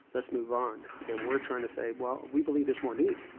let's move on. and we're trying to say, well we believe there's more need.